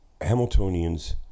Hamiltonians